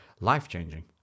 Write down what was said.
life-changing